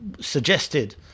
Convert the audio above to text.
suggested